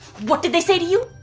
what did they say to you?